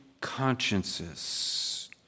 consciences